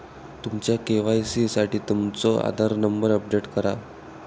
तुमच्या के.वाई.सी साठी तुमचो आधार नंबर अपडेट करा